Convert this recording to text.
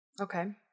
Okay